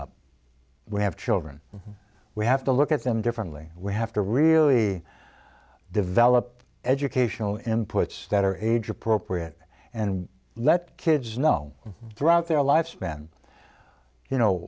up we have children we have to look at them differently we have to really develop educational inputs that are age appropriate and let kids know throughout their lifespan you know